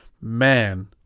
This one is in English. man